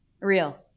Real